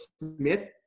Smith